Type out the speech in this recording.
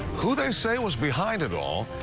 who they say was behind it all,